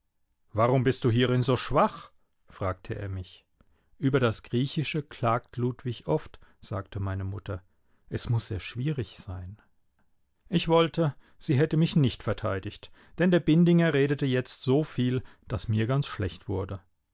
warum bist du hierin so schwach fragte er mich über das griechische klagt ludwig oft sagte meine mutter es muß sehr schwierig sein ich wollte sie hätte mich nicht verteidigt denn der bindinger redete jetzt so viel daß mir ganz schlecht wurde